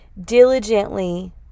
diligently